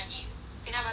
peanut butter so much ah